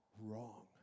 wrong